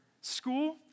School